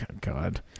God